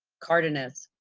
cardenas.